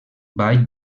vall